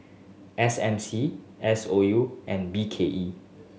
S M C S O U and B K E